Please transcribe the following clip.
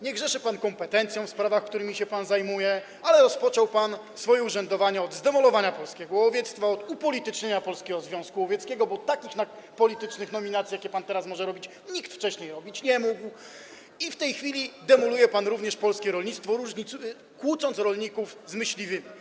Nie grzeszy pan kompetencjami w sprawach, którymi się pan zajmuje, ale rozpoczął pan swoje urzędowanie od zdemolowania polskiego łowiectwa, od upolitycznienia Polskiego Związku Łowieckiego, bo takich politycznych nominacji, jakie pan teraz może robić, nikt wcześniej robić nie mógł, a w tej chwili demoluje pan polskie rolnictwo, kłócąc rolników z myśliwymi.